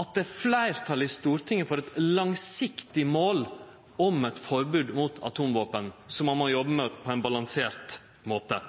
at det er fleirtal i Stortinget for eit langsiktig mål om eit forbod mot atomvåpen, som ein må jobbe med på ein balansert måte.